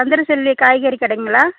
சந்திர செல்வி காய்கறி கடைங்களா